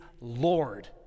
Lord